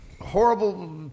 horrible